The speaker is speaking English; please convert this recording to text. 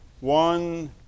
one